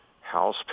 House